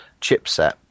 chipset